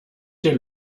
der